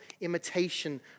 imitation